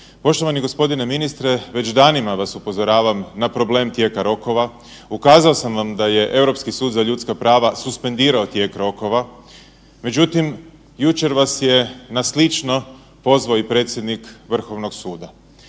Poštovani gospodine ministre već danima vas upozoravam na problem tijeka rokova, ukazao sam vam da je Europski sud za ljudska prava suspendirao tijek rokova, međutim jučer vas je na slično pozvao i predsjednik Vrhovnog suda.